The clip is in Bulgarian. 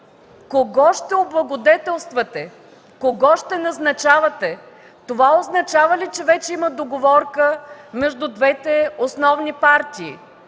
кого ще облагодетелствате, кого ще назначавате? Това означава ли, че вече има договорка между двете основни партии?!